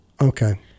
Okay